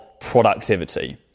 productivity